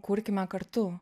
kurkime kartu